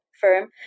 firm